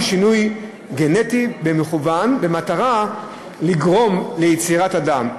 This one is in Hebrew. שינוי גנטי מכוון במטרה לגרום ליצירת אדם,